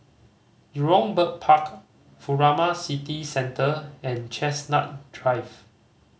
Jurong Bird Park Furama City Centre and Chestnut Drive